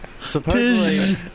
Supposedly